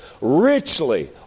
richly